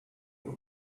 your